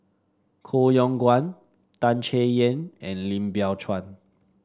Koh Yong Guan Tan Chay Yan and Lim Biow Chuan